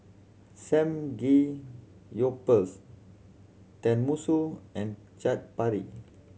Samgeyopsal Tenmusu and Chaat Papri